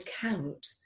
count